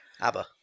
ABBA